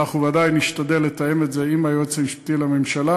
אנחנו עדיין נשתדל לתאם את זה עם היועץ המשפטי לממשלה,